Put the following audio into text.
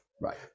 Right